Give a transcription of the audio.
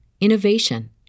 innovation